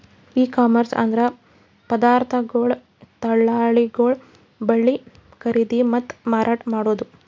E commerce ಅಂದ್ರ ಪದಾರ್ಥಗೊಳ್ ದಳ್ಳಾಳಿಗೊಳ್ ಬಲ್ಲಿ ಖರೀದಿ ಮತ್ತ್ ಮಾರಾಟ್ ಮಾಡದು